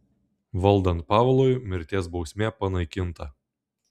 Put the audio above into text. valdant pavlui mirties bausmė panaikinta